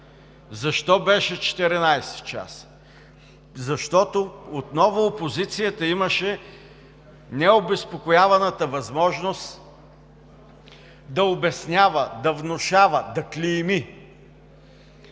Защо беше 14 часа? Защото отново опозицията имаше необезпокояваната възможност да обяснява, да внушава, да клейми.